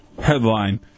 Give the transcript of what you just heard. Headline